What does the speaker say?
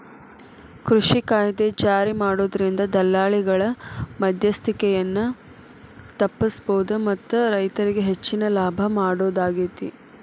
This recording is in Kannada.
ಕೃಷಿ ಕಾಯ್ದೆ ಜಾರಿಮಾಡೋದ್ರಿಂದ ದಲ್ಲಾಳಿಗಳ ಮದ್ಯಸ್ತಿಕೆಯನ್ನ ತಪ್ಪಸಬೋದು ಮತ್ತ ರೈತರಿಗೆ ಹೆಚ್ಚಿನ ಲಾಭ ಮಾಡೋದಾಗೇತಿ